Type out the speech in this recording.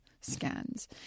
scans